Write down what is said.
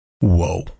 whoa